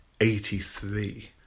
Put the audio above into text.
Eighty-three